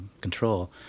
control